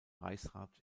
reichsrat